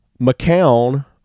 McCown